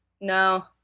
No